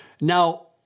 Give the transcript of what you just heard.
Now